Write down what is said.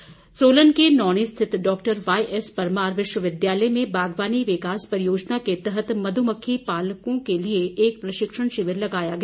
प्रशिक्षण सोलन के नौणी स्थित डॉ वाईएस परमार विश्वविद्यालय में बागवानी विकास परियोजना के तहत मध्मक्खी पालकों के लिए एक प्रशिक्षण शिविर लगाया गया